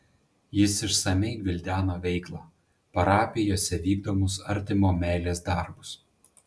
jis išsamiai gvildeno veiklą parapijose vykdomus artimo meilės darbus